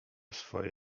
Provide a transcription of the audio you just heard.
swoje